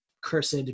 cursed